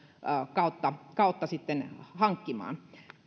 kautta kautta sitten hankkimaan